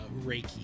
reiki